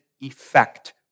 effect